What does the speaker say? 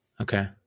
Okay